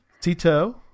Tito